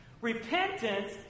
Repentance